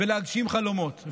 ולהגשים חלומות.